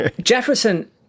Jefferson